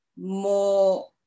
more